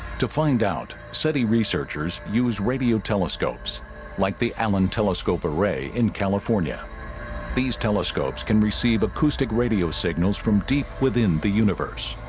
to find out seti researchers use radio telescopes like the allen telescope array in california these telescopes can receive acoustic radio signals from deep within the universe